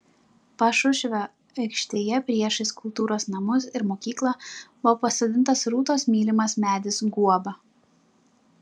pašušvio aikštėje priešais kultūros namus ir mokyklą buvo pasodintas rūtos mylimas medis guoba